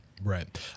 Right